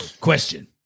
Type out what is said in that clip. Question